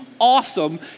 awesome